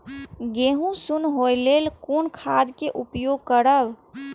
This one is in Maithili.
गेहूँ सुन होय लेल कोन खाद के उपयोग करब?